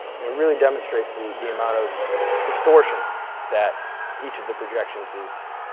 and it really demonstrates the the amount of distortion that each of the projections is